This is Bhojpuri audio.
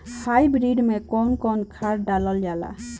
हाईब्रिड में कउन कउन खाद डालल जाला?